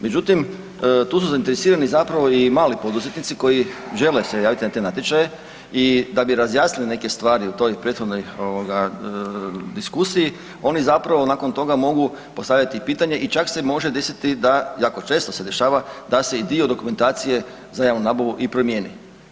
Međutim, tu se zainteresirani zapravo i mali poduzetnici koji žele se javiti na te natječaje i da bi razjasnili neke stvari u toj prethodnoj diskusiji, oni zapravo nakon toga mogu postavljati i pitanje i čak se i može desiti da, jako često se dešava, da se i dio dokumentacije za javnu nabavu i promijeni.